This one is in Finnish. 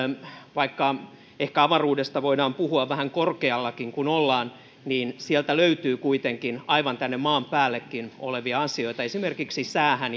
vaikka ehkä avaruudesta voidaan puhua vähän korkeallakin kun ollaan sieltä löytyy kuitenkin aivan tänne maan päällekin olevia asioita esimerkiksi säähän